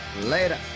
Later